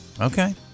Okay